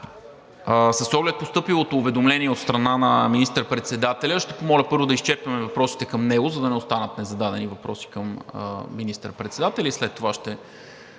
С оглед постъпилото уведомление от министър-председателя ще помоля първо да изчерпим въпросите към него, за да не останат незададени въпроси към министър-председателя, и след това ще